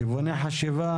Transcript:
כיווני חשיבה,